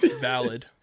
Valid